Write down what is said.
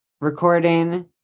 recording